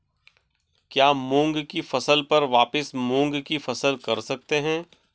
क्या मूंग की फसल पर वापिस मूंग की फसल कर सकते हैं?